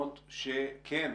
לרעיונות שכן